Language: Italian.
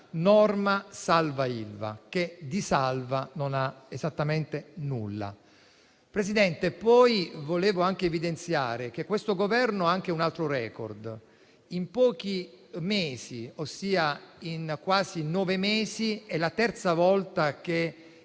norma salva-Ilva, che di «salva» non ha esattamente nulla. Signora Presidente, volevo evidenziare che questo Governo ha anche un altro *record*: in pochi mesi, quasi nove mesi, è la terza volta che